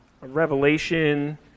Revelation